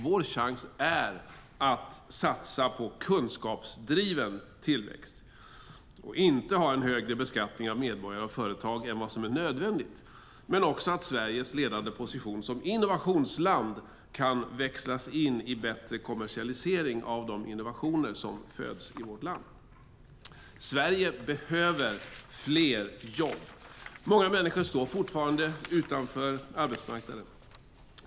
Vår chans är att satsa på kunskapsdriven tillväxt och att inte ha högre beskattning av medborgare och företag än vad som är nödvändigt men också att Sveriges ledande position som innovationsland kan växlas in i bättre kommersialisering av de innovationer som föds i vårt land. Sverige behöver fler jobb. Många människor står fortfarande utanför arbetsmarknaden.